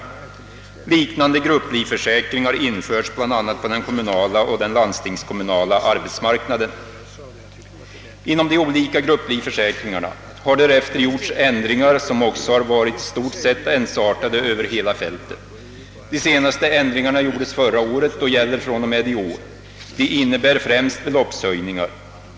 Liknande grupplivförsäkring har införts bl.a. på den kommunala och den landstingskommunala arbetsmarknaden. Inom de olika grupplivförsäkringarna har därefter gjorts ändringar som också har varit i stort sett ensartade över hela fältet. De senaste ändringarna gjordes förra året och gäller från och med i år. De innebär främst beloppshöjningar.